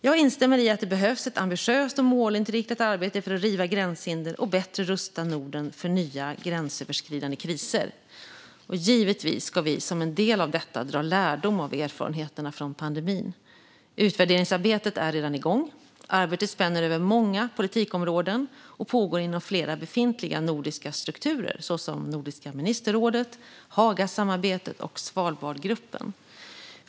Jag instämmer i att det behövs ett ambitiöst och målinriktat arbete för att riva gränshinder och bättre rusta Norden för nya gränsöverskridande kriser. Givetvis ska vi som en del av detta dra lärdom av erfarenheter från pandemin. Utvärderingsarbetet är redan igång. Arbetet spänner över många politikområden och pågår inom flera befintliga nordiska strukturer, såsom Nordiska ministerrådet, Hagasamarbetet och Svalbardgruppen.